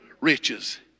riches